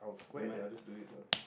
never mind I just do it lah